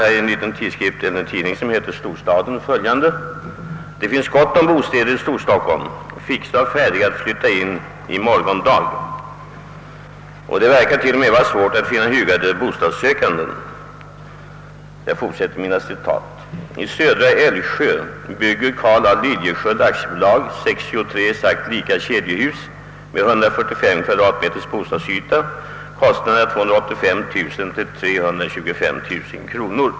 I en liten tidning som heter Storstaden kan man läsa följande: »Det finns gott om bostäder i Storstockholm, fixa och färdiga att flytta in i i morgon dag, och det verkar t.o.m. vara svårt att finna hugade bostadssökande!» Jag fortsätter att referera ur tidningen: I södra Älvsjö har Carl A. Lilliesköld AB byggt 63 exakt lika kedjehus med 145 kvm bostadsyta. Kostnaderna är 285000 till 325000 kronor.